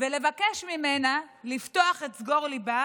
ולבקש ממנה לפתוח את סגור ליבה